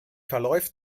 verläuft